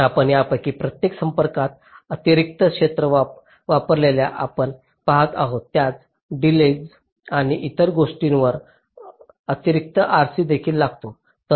आपण यापैकी प्रत्येक संपर्कात अतिरिक्त क्षेत्र व्यापलेला आपण पाहता आणि त्यास डीलेय आणि इतर गोष्टींवर अतिरिक्त RC देखील लागतो